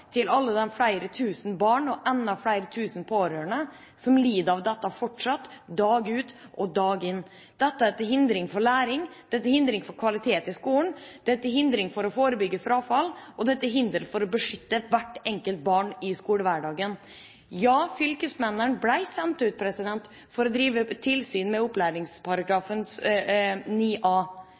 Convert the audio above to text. til alle de flere tusen barn og enda flere tusen pårørende som lider under dette fortsatt, dag ut og dag inn. Dette er til hinder for læring og til hinder for kvaliteten i skolen. Det er til hinder for å forebygge frafall, og det er til hinder for å beskytte hvert enkelt barn i skolehverdagen. Ja, fylkesmennene ble sendt ut for å drive tilsyn med opplæringsloven § 9 a